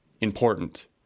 important